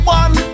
one